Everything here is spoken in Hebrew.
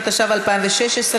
התשע"ו 2016,